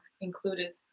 included